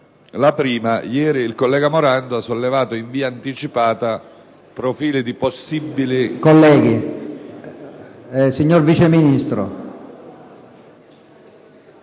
Già ieri il collega Morando ha sollevato in via anticipata profili di possibile